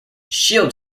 shield